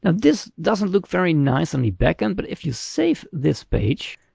and this doesn't look very nice on the backend. but if you save this page,